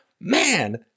man